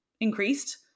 increased